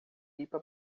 pipa